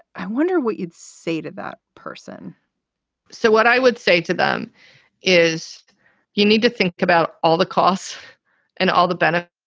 i wonder what you'd say to that person so what i would say to them is you need to think about all the costs and all the benefits,